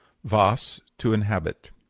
vas, to inhabit.